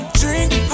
drink